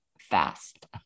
fast